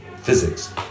physics